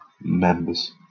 members